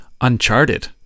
uncharted